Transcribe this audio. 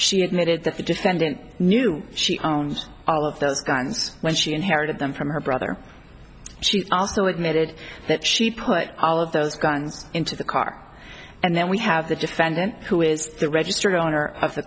she admitted that the defendant knew she owns all of those guns when she inherited them from her brother she also admitted that she put all of those guns into the car and then we have the defendant who is the registered owner of the